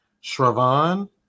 Shravan